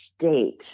state